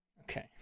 Okay